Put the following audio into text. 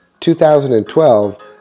2012